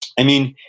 i mean,